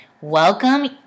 welcome